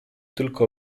tylko